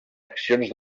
accions